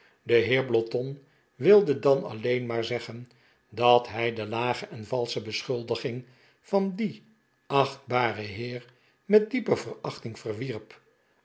de heer blotton wilde dan alleen maar zeggen dat hij de lage en valsche beschuldiging van dien achtbaren heer met diepe verachting verwierp